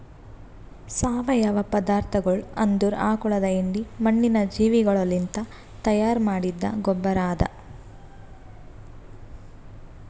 ಸಾವಯವ ಪದಾರ್ಥಗೊಳ್ ಅಂದುರ್ ಆಕುಳದ್ ಹೆಂಡಿ, ಮಣ್ಣಿನ ಜೀವಿಗೊಳಲಿಂತ್ ತೈಯಾರ್ ಮಾಡಿದ್ದ ಗೊಬ್ಬರ್ ಅದಾ